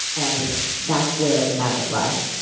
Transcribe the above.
and that's where the magic lies.